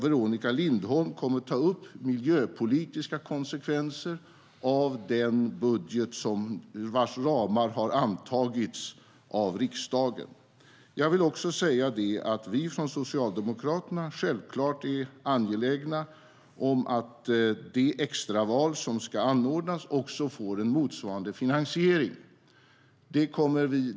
Veronica Lindholm kommer att ta upp miljöpolitiska konsekvenser av den budget vars ramar har antagits av riksdagen. Vi i Socialdemokraterna är självklart angelägna om att det extra val som ska anordnas får motsvarande finansiering.